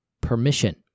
permission